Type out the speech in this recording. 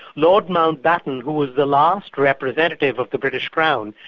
lord mountbatten, who was the last representative of the british crown,